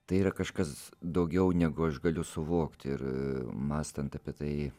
tai yra kažkas daugiau negu aš galiu suvokti ir mąstant apie tai